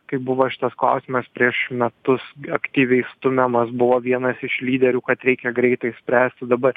kaip buvo šitas klausimas prieš metus aktyviai stumiamas buvo vienas iš lyderių kad reikia greitai spręsti dabar